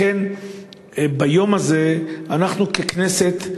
לכן, ביום הזה אנחנו, ככנסת,